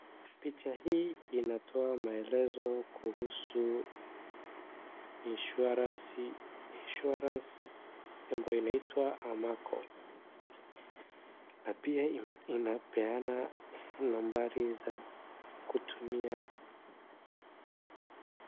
Picha hii inatoa maelezo kuhusu insurance, insurance ambayo inaitwa Amaco, na pia inapeana nambari za kutumia.